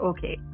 Okay